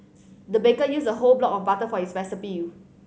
the baker used a whole block of butter for his recipe